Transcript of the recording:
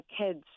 kids